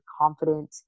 confident